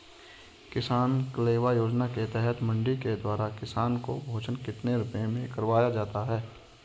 किसान कलेवा योजना के तहत मंडी के द्वारा किसान को भोजन कितने रुपए में करवाया जाता है?